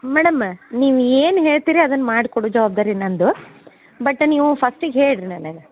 madam ನೀವು ಏನು ಹೇಳ್ತಿರಿ ಅದನ್ನ ಮಾಡ್ಕೊಡೋ ಜವಾಬ್ದಾರಿ ನನ್ನದು ಬಟ್ ನೀವು ಫಸ್ಟಿಗೆ ಹೇಳಿರಿ ನನಗೆ